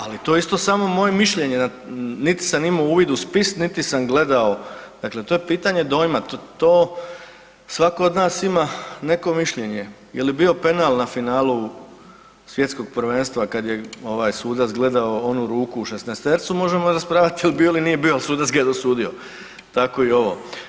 Ali to je isto samo moje mišljenje, niti sam imao uvid u spis niti sam gledao, dakle to je pitanje dojma, to svako od nas ima neko mišljenje, je li bio penal na finalu Svjetskog prvenstva kada je ovaj sudac gledao onu ruku u 16-tercu možemo raspravljati je li bio ili nije bio ali sudac ga je dosudio, tako i ovo.